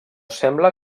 sembla